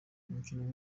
umukino